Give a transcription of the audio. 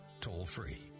toll-free